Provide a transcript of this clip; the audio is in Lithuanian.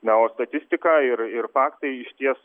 na o statistika ir ir faktai išties